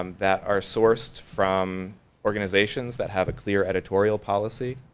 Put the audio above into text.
um that are sourced from organizations that have a clear editorial policy.